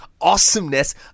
awesomeness